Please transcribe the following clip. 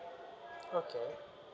okay